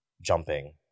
jumping